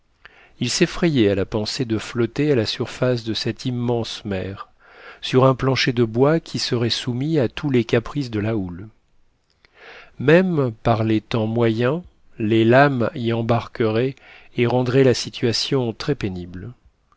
ils s'effrayaient à la pensée de flotter à la surface de cette immense mer sur un plancher de bois qui serait soumis à tous les caprices de la houle même par les temps moyens les lames y embarqueraient et rendraient la situation très pénible